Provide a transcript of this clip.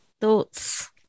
thoughts